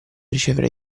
ricevere